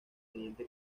teniente